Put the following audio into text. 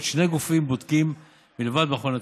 שני גופים בודקים מלבד מכון התקנים.